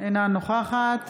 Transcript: אינה נוכחת